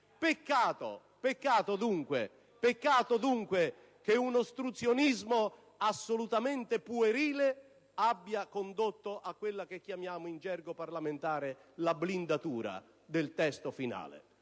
Peccato, dunque, che un ostruzionismo assolutamente puerile abbia condotto a quella che chiamiamo in gergo parlamentare la blindatura del testo finale.